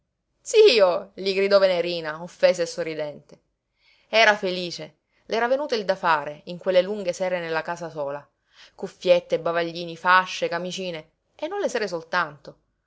gattino zio gli gridò venerina offesa e sorridente era felice le era venuto il da fare in quelle lunghe sere nella casa sola cuffiette bavaglini fasce camicine e non le sere soltanto